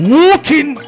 walking